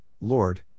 Lord